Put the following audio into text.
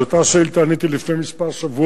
על אותה שאילתא עניתי לפני כמה שבועות,